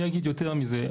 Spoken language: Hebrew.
אני אגיד יותר מזה.